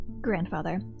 grandfather